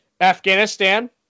Afghanistan